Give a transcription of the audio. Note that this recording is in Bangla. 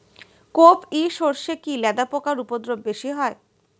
কোপ ই সরষে কি লেদা পোকার উপদ্রব বেশি হয়?